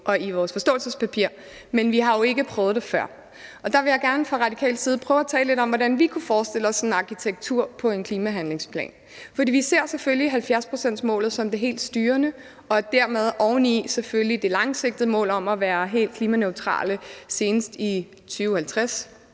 og i vores forståelsespapir, men vi har jo ikke prøvet det før. Der vil jeg gerne fra radikal side prøve at tale lidt om, hvordan vi kunne forestille os sådan en arkitektur på en klimahandlingsplan. For vi ser selvfølgelig 70-procentsmålet som det helt styrende og dermed oveni selvfølgelig det langsigtede mål om at være helt klimaneutrale senest i 2050.